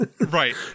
Right